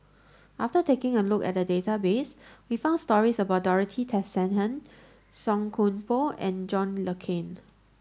after taking a look at the database we found stories about Dorothy Tessensohn Song Koon Poh and John Le Cain